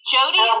Jody